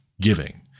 giving